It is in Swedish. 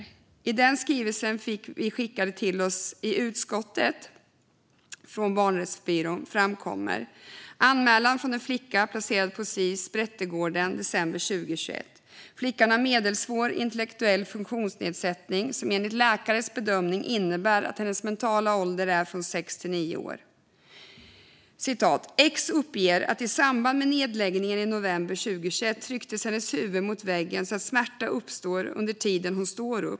I den skrivelse från Barnrättsbyrån vi fick skickade till oss i utskottet framkommer följande. Anmälan från en flicka placerad på Sis-hemmet Brättegården, december 2021. Flickan har medelsvår intellektuell funktionsnedsättning som enligt läkares bedömning innebär att hennes mentala ålder är sex till nio år: "X uppger att i samband med nedläggning i november 2021 trycks hennes huvud mot väggen så att smärta uppstår under tiden hon står upp.